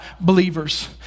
believers